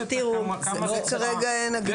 כרגע אין.